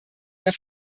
der